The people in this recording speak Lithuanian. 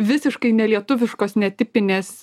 visiškai nelietuviškos netipinės